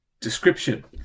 description